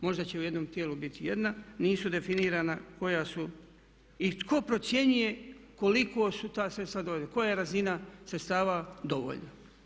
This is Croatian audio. Možda će u jednom tijelu biti jedna, nisu definirana koja su i tko procjenjuje kolika su ta sredstva dovoljna, koja razina sredstava dovoljna.